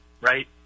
right